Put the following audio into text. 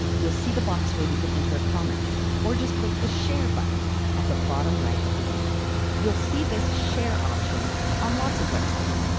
you'll see the box where you can enter a comment or just click the share button at the bottom right of the window. you'll see this share option on lots of websites.